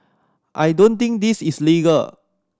I don't think this is legal